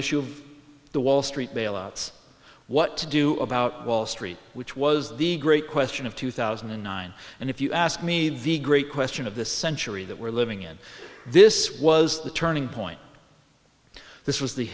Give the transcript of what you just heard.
issue of the wall street bailouts what to do about wall street which was the great question of two thousand and nine and if you ask me the great question of the century that we're living in this was the turning point this was the